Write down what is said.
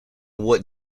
what